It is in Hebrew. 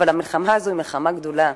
אבל המלחמה הזאת היא מלחמה גדולה.